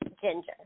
ginger